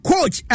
Coach